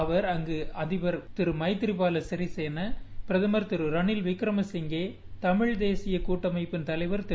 அவர் அங்கு அதிபர் மைத்ரிபால சிறிசேனா பிரதமர் ரனில் விக்ரமசிங்கே தமிழ் தேசிய கூட்டமைப்பின் தலைவர் திரு